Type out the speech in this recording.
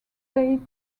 date